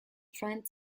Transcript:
trent